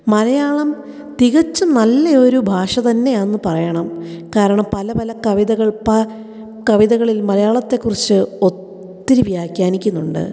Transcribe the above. മലയാളം തികച്ചും നല്ല ഒരു ഭാഷ തന്നെയാന്ന് പറയണം കാരണം പല പല കവിതകൾ പ കവിതകളിൽ മലയാളത്തെ കുറിച്ച് ഒത്തിരി വ്യാഖ്യാനിക്കുന്നുണ്ട്